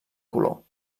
color